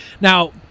Now